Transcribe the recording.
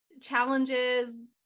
challenges